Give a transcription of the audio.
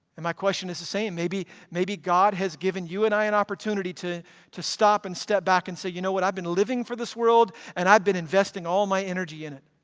and my question is the same. maybe maybe god has given you and i an opportunity to to stop and step back and say, you know what, i've been living for this world and i've been investing all my energy in it.